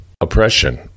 oppression